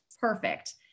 perfect